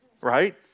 Right